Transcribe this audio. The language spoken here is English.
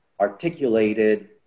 articulated